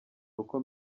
uko